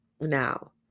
Now